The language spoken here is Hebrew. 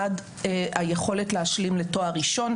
עד היכולת להשלים לתואר ראשון.